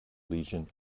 lesion